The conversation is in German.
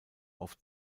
auf